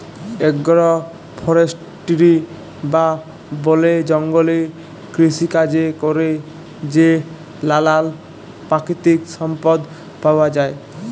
agro forestry বা বলে জঙ্গলে কৃষিকাজে ক্যরে যে লালাল পাকিতিক সম্পদ পাউয়া যায়